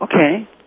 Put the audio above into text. Okay